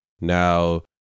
now